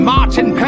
Martin